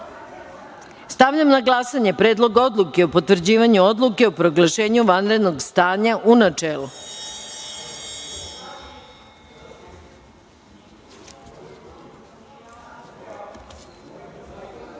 na glasanje Predlog odluke o potvrđivanju Odluke o proglašenju vanrednog stanja, u